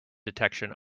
detection